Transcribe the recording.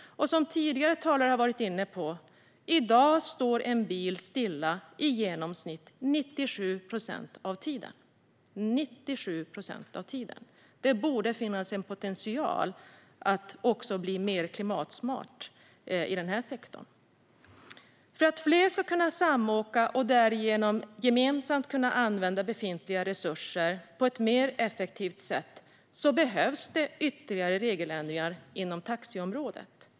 Som tidigare talare har varit inne på står i dag en bil stilla i genomsnitt 97 procent av tiden. Det borde finnas en potential för att bli mer klimatsmart också i den här sektorn. För att fler ska kunna samåka och därigenom gemensamt kunna använda befintliga resurser på ett mer effektivt sätt behövs ytterligare regeländringar inom taxiområdet.